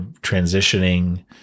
transitioning